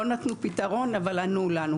לא נתנו פתרון אבל ענו לנו.